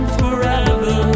forever